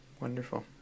Wonderful